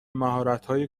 مهارتهای